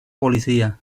policía